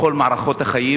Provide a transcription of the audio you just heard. בכל מערכות החיים,